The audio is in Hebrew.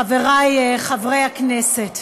חברי חברי הכנסת,